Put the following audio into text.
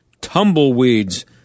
tumbleweeds